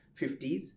50s